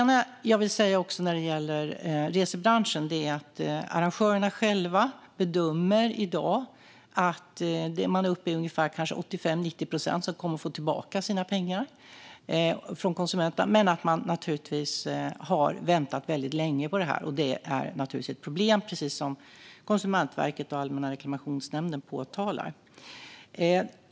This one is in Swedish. När det gäller resebranschen vill jag säga att arrangörerna själva i dag bedömer att de är uppe i att 85-90 procent av konsumenterna kommer att få tillbaka sina pengar. Konsumenterna har dock väntat väldigt länge på detta. Det är naturligtvis ett problem, precis som Konsumentverket och Allmänna reklamationsnämnden påpekar.